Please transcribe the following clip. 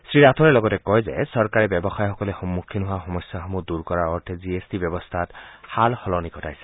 শ্ৰী ৰাথোড়ে লগতে কয় চৰকাৰে ব্যৱসায়ীসকলে সন্মুখীন হোৱা সমস্যাসমূহ দূৰ কৰাৰ অৰ্থে জি এছ টি ব্যৱস্থাৰ সাল সলনি ঘটাইছে